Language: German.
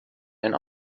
einen